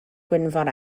gwynfor